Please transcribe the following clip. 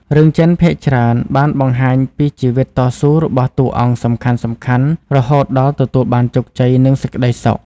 រឿងចិនភាគច្រើនបានបង្ហាញពីជីវិតតស៊ូរបស់តួអង្គសំខាន់ៗរហូតដល់ទទួលបានជោគជ័យនិងសេចក្ដីសុខ។